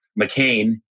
McCain